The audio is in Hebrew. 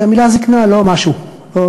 כי המילה "זיקנה" לא משהו, לא,